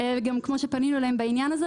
ואנחנו פנינו אליהם בעניין הזה.